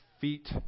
feet